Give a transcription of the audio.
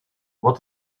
what